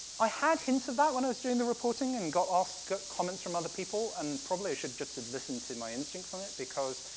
i had hints of that when i was doing the reporting and got asked comments from other people, and probably, i should just have listened to my instincts on it, because,